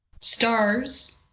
stars